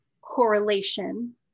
correlation